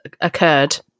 occurred